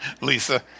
Lisa